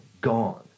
gone